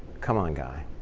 come on guy.